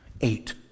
Eight